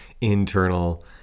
internal